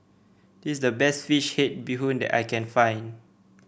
this is the best fish head Bee Hoon that I can find